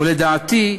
ולדעתי,